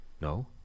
No